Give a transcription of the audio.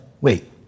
Wait